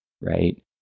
right